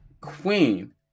Queen